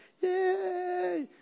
yay